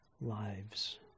lives